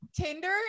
Tinder